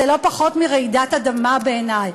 זה לא פחות מרעידת אדמה, בעיני.